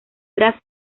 tras